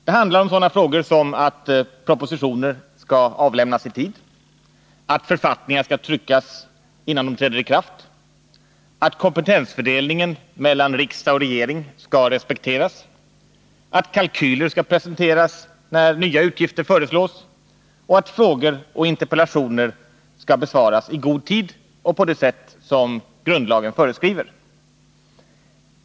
Det handlar om att propositioner skall avlämnas i tid, att författningar skall tryckas innan de träder i kraft, att kompetensfördelningen mellan riksdag och regering skall respekteras, att kalkyler skall presenteras när nya utgifter föreslås och att frågor och interpellationer skall besvaras i god tid och på det sätt som grundlagen föreskriver.